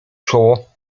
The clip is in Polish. czoło